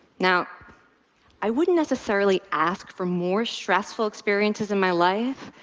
now i wouldn't necessarily ask for more stressful experiences in my life,